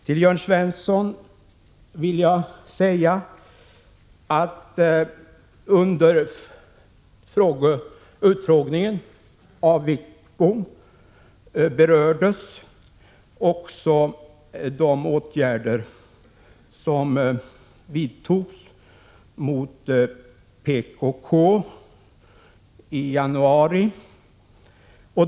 Till Jörn Svensson vill jag säga att under utfrågningen av Sten Wickbom berördes också de åtgärder som vidtogs mot PKK i januari.